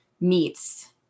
meets